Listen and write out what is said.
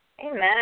Amen